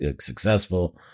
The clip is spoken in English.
successful